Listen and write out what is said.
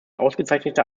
ausgezeichnete